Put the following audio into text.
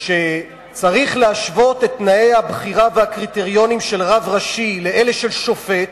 שצריך להשוות את תנאי הבחירה והקריטריונים של רב ראשי לאלה של שופט,